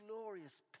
glorious